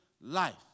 life